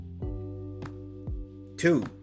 Two